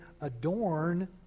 adorn